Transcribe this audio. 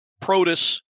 protus